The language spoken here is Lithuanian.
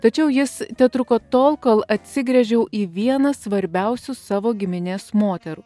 tačiau jis tetruko tol kol atsigręžiau į vieną svarbiausių savo giminės moterų